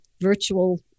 virtual